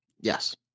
Yes